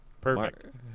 Perfect